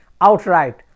outright